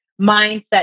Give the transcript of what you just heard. mindset